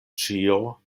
ĉio